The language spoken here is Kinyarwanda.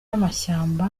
amashyamba